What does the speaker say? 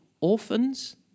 orphans